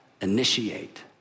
initiate